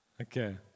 Okay